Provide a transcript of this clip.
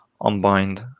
unbind